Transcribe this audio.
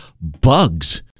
bugs